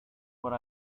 what